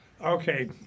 Okay